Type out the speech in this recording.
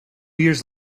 years